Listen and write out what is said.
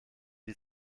die